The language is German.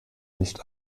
nicht